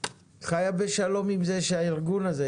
חיה בשלום עם זה שהארגון הזה,